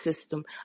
system